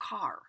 car